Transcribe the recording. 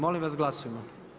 Molim vas glasujmo.